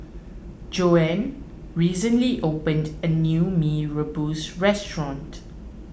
Joann recently opened a new Mee Rebus restaurant